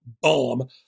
bomb